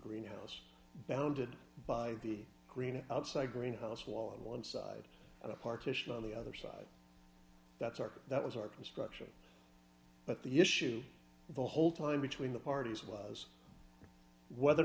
greenhouse bounded by the green outside green house wall and one side of the partition on the other side that's our that was our construction but the issue the whole time between the parties was whether or